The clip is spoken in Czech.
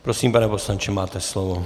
Prosím, pane poslanče, máte slovo.